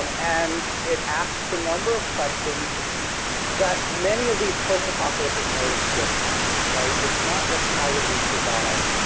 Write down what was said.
um and it asks a number of questions that many of these post-apocalyptic narratives don't ask, right? it's not just how would we survive,